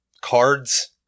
cards